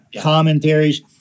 commentaries